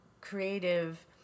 creative